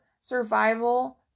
survival